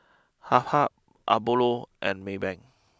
Habhal Apollo and Maybank